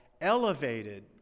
elevated